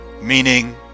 meaning